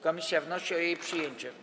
Komisja wnosi o jej przyjęcie.